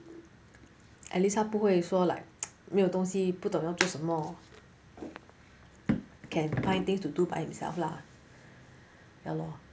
at least 他不会说 like 没有东西不懂要做什么 can find things to do by himself lah ya lor